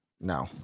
no